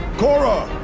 korra!